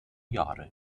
jahre